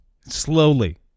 Slowly